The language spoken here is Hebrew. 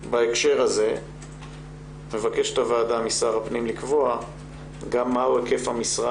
בהקשר הזה מבקשת הוועדה משר הפנים לקבוע גם מה הוא היקף המשרה